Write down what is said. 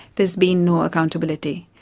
there's been no accountability,